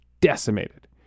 decimated